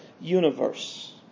universe